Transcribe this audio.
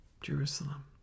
Jerusalem